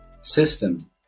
system